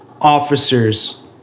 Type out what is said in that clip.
officers